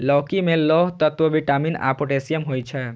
लौकी मे लौह तत्व, विटामिन आ पोटेशियम होइ छै